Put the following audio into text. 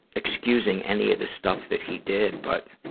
excusing any of the stuff that he did, but,